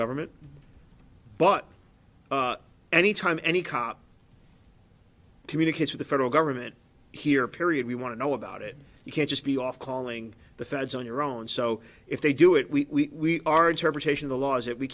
government but any time any cop communicate to the federal government here period we want to know about it you can't just be off calling the feds on your own so if they do it we are interpretation of the laws that we